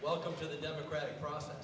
welcome to the democratic process